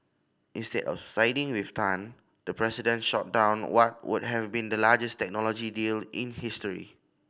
instead of siding with Tan the president shot down what would have been the largest technology deal in history